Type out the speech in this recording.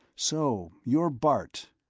so you're bart.